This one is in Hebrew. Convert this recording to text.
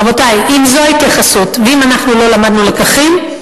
רבותי, אם זו ההתייחסות ואם אנחנו לא למדנו לקחים,